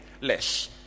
less